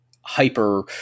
hyper